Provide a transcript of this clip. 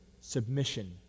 submission